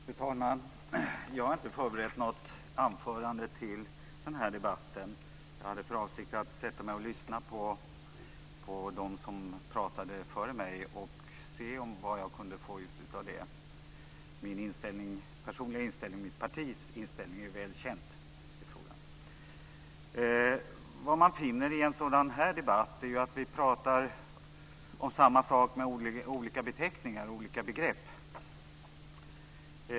Fru talman! Jag har inte förberett något anförande till debatten. Jag hade för avsikt att sätta mig och lyssna på dem som talade före mig och se vad jag kunde få ut av det. Min personliga inställning och mitt partis inställning i frågan är väl känd. Vad man finner i en sådan här debatt är att vi talar om samma sak med olika beteckningar och olika begrepp.